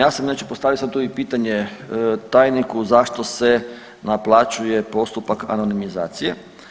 Ja sam inače, postavio sam tu i pitanje tajniku zašto se naplaćuje postupak anonimizacije.